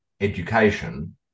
education